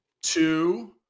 two